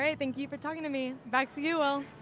thank you for talking to me, back to you all.